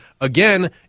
again